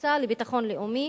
המועצה לביטחון לאומי,